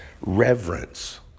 reverence